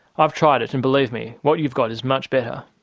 i've tried it, and believe me, what you've got is much better.